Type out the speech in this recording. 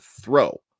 throw